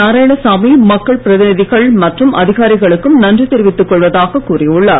நாராயணசாமி மக்கள் பிரதிநிதிகள் மற்றும் அதிகாரிகளுக்கும் நன்றி தெரிவித்துக் கொள்வதாக கூறியுள்ளார்